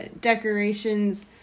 decorations